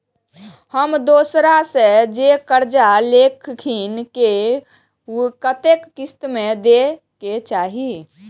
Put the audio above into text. हम दोसरा से जे कर्जा लेलखिन वे के कतेक किस्त में दे के चाही?